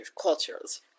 cultures